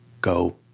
go